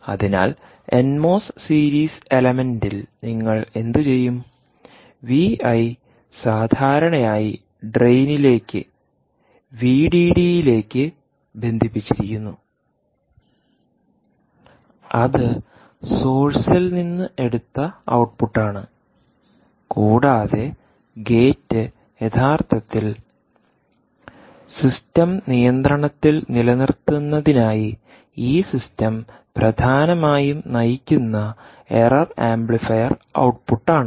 അതിനാൽ N MOS series എലമെൻറിൽ നിങ്ങൾ എന്തുചെയ്യും വി ഐ സാധാരണയായി ഡ്രെയിനിലേക്ക് വി ഡി ഡി യിലേക്ക് ബന്ധിപ്പിച്ചിരിക്കുന്നു അത് സോഴ്സിൽ നിന്ന് എടുത്ത ഔട്ട്പുട്ട് ആണ് കൂടാതെ ഗേറ്റ് യഥാർത്ഥത്തിൽ സിസ്റ്റം നിയന്ത്രണത്തിൽ നിലനിർത്തുന്നതിനായി ഈ സിസ്റ്റം പ്രധാനമായും നയിക്കുന്ന എറർ ആംപ്ലിഫയർ ഔട്ട്പുട്ട്ആണ്